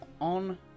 on